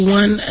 one